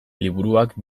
liburuak